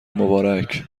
مبارک